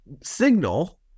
signal